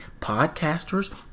podcasters